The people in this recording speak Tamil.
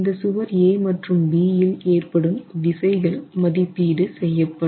இந்த சுவர் A மற்றும் B இல் ஏற்படும் விசைகள் மதிப்பீடு செய்யப்படும்